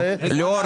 זה לא היה קיים.